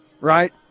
right